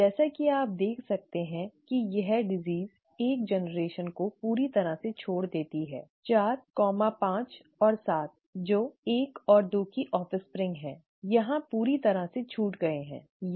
जैसा कि आप देख सकते हैं कि यह बीमारी एक पीढ़ी को पूरी तरह से छोड़ देती है 4 5 और 7 जो 1 और 2 की ऑफ़्स्प्रिंग हैं यहां पूरी तरह से छूट गए हैं ठीक है